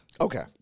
Okay